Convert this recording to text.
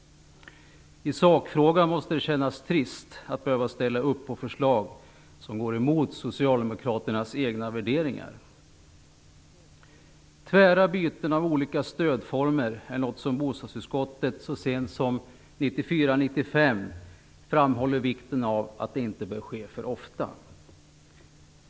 I sakfrågan måste det kännas trist att behöva ställa upp på förslag som går emot Socialdemokraternas egna värderingar. Så sent som 1994/95 framhöll bostadsutskottet vikten av att tvära byten av olika stödformer inte bör ske för ofta.